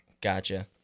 Gotcha